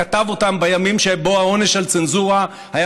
כתב אותם בימים שבהם העונש של צנזורה היה